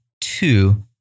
Two